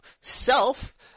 Self